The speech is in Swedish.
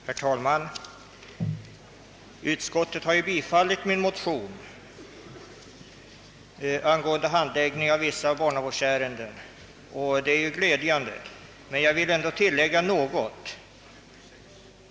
Herr talman! Utskottet har biträtt mitt motionsyrkande angående handläggning av vissa barnavårdsärenden. Det är glädjande, men jag vill ändå tillägga några synpunkter.